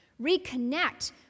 reconnect